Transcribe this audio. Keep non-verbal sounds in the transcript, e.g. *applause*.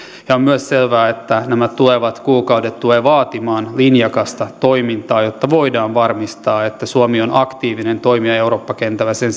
on myös selvää että nämä tulevat kuukaudet tulevat vaatimaan linjakasta toimintaa jotta voidaan varmistaa että suomi on aktiivinen toimija eurooppa kentällä sen *unintelligible*